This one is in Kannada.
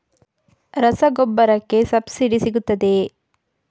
ರಸಗೊಬ್ಬರಕ್ಕೆ ಸಬ್ಸಿಡಿ ಸಿಗುತ್ತದೆಯೇ?